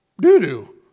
doo-doo